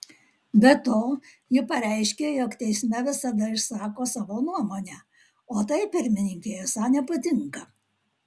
be to ji pareiškė jog teisme visada išsako savo nuomonę o tai pirmininkei esą nepatinka